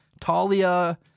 Talia